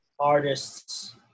artists